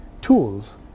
tools